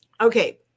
okay